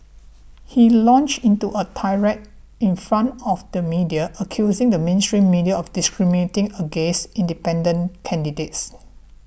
he launched into a tirade in front of the media accusing the mainstream media of discriminating against independent candidates